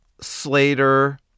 Slater